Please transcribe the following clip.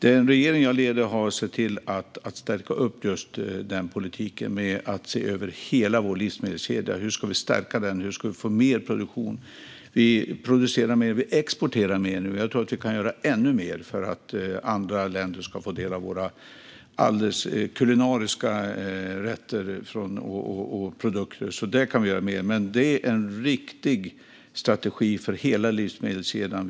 Den regering jag leder har sett till att stärka just denna politik genom att se över hela vår livsmedelskedja. Hur ska vi stärka den? Hur ska vi få mer produktion? Vi producerar och exporterar mer nu. Jag tror att vi kan göra ännu mer för att andra länder ska få del av våra kulinariska rätter och produkter. Men det är en riktig strategi för hela livsmedelskedjan.